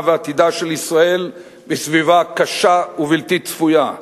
ועתידה של ישראל בסביבה קשה ובלתי צפויה,